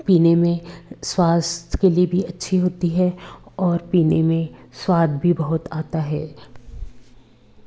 पीने में स्वास्थ्य के लिए भी अच्छी होती है और पीने में स्वाद भी बहुत आता है